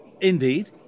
Indeed